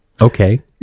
okay